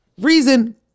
Reason